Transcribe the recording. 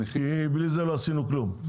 בלי זה לא עשינו כלום.